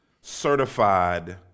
certified